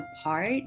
apart